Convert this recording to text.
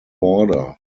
border